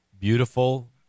beautiful